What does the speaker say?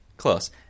close